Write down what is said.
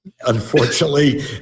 unfortunately